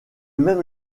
même